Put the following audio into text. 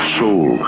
soul